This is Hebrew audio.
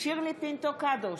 שירלי פינטו קדוש,